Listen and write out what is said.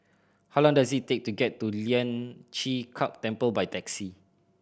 how long does it take to get to Lian Chee Kek Temple by taxi